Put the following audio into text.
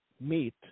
meet